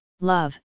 love